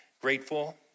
grateful